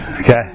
Okay